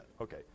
Okay